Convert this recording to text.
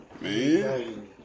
Man